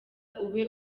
ube